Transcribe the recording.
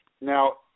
Now